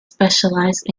specialize